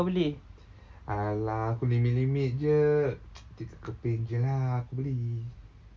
!alah! aku limit limit jer tiga keping jer lah aku beli